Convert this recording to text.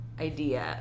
idea